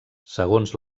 segons